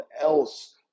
else